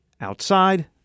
outside